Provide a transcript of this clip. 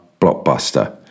blockbuster